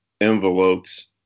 envelopes